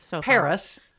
Paris